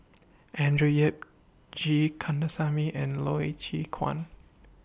Andrew Yip G Kandasamy and Loy Chye Chuan